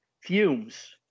fumes